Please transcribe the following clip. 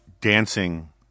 dancing